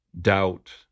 doubt